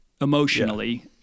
emotionally